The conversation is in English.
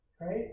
right